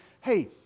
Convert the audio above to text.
hey